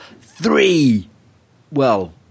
three—well